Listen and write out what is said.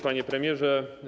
Panie Premierze!